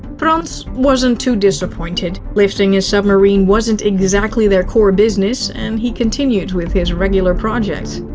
frans wasn't too disappointed, lifting a submarine wasn't exactly their core business, and he continued with his regular projects.